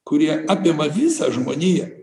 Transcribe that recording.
kurie apima visą žmoniją